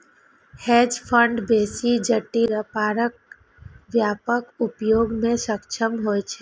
hedge fund बेसी जटिल व्यापारक व्यापक उपयोग मे सक्षम होइ छै